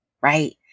Right